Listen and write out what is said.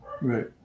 Right